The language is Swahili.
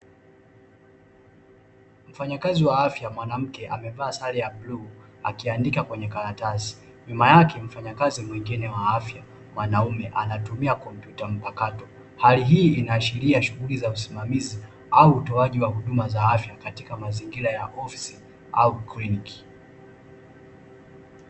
Mfanyakazi wa afya mwanamke amevalia sare ya bluu akiandika kwenye karatasi nyuma yake mfanyakazi mwingine wa afya mwanaume anatumia comptuta mpakato, hali hii inahashiria shughuli za usimamizi au utoaji wa huduma za afya katika mazingira ya ofisi au kliniki.